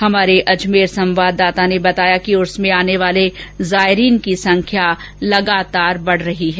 हमारे अजमेर संवाददाता ने बताया कि उर्स में आने वाले जायरीन की संख्या लगातार बढ़ती जा रही है